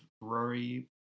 Rory